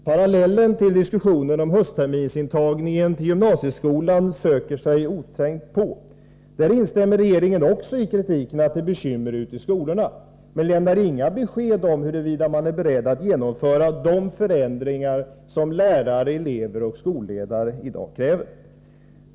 Parallellen till diskussionen om höstterminsintagningen i gymnasieskolan tränger sig osökt på. I det fallet instämmer regeringen också i kritiken och erkänner att det är bekymmersamt ute i skolorna, men man lämnar inga besked om huruvida man är beredd att genomföra de förändringar som lärare, elever och skolledare i dag kräver.